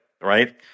right